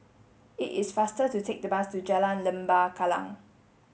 it is faster to take the bus to Jalan Lembah Kallang